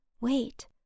Wait